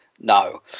no